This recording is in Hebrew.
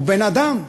הוא בן-אדם.